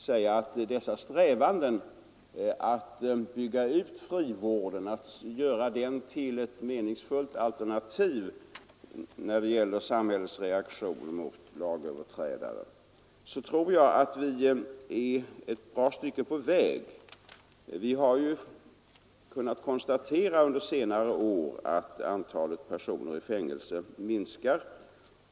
När det gäller strävandena att bygga ut frivården och göra den till ett meningsfullt alternativ i samhällets reaktion mot lagöverträdare tror jag att vi är ett bra stycke på väg. Vi har ju kunnat konstatera under senare år att antalet personer i våra fängelser minskar.